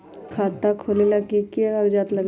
खाता खोलेला कि कि कागज़ात लगेला?